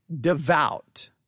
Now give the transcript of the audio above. devout